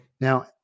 Now